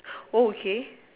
oh okay